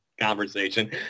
conversation